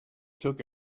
took